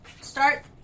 start